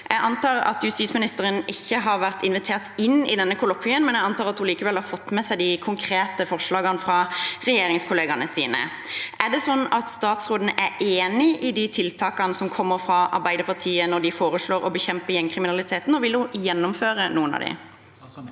Jeg antar at justisministeren ikke har vært invitert inn i dette kollokviet, men jeg antar at hun likevel har fått med seg de konkrete forslagene fra regjeringskollegaene sine. Er det sånn at statsråden er enig i de tiltakene som kommer fra Arbeiderpartiet når de foreslår å bekjempe gjengkriminaliteten, og vil hun gjennomføre noen av dem?